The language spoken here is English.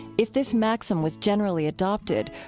if this maxim was generally adopted,